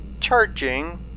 charging